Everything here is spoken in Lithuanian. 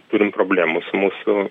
turim problemų su mūsų